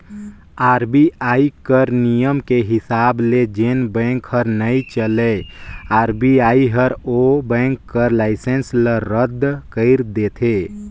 RBI कर नियम के हिसाब ले जेन बेंक हर नइ चलय आर.बी.आई हर ओ बेंक कर लाइसेंस ल रद कइर देथे